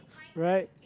right